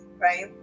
right